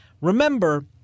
Remember